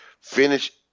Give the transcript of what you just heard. Finish